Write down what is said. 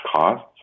costs